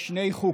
יש שני חוקים